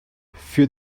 für